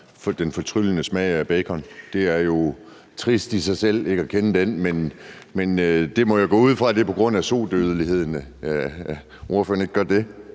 den fortryllende smag af bacon. Det er jo trist i sig selv ikke at kende den, men det må jeg gå ud fra er på grund af sodødeligheden, altså at ordføreren